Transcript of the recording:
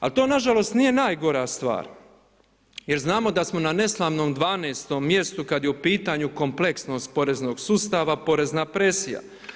Al' to nažalost nije najgora stvar, jer znamo da smo na neslavnom 12. mjestu kad je u pitanju kompleksnost poreznog sustava, porezna presija.